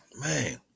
Man